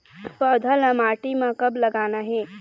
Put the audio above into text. पौधा ला माटी म कब लगाना हे?